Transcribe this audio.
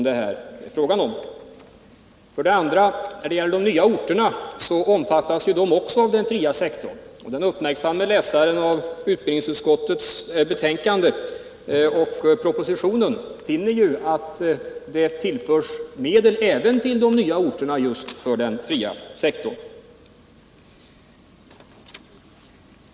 När det gäller de nya orterna, så omfattas de också av den fria sektorn. Den uppmärksamme läsaren av utbildningsutskottets betänkande och propositionen finner ju att det tillförs medel även till de nya orterna just för den fria sektorn.